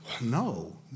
No